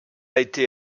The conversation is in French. été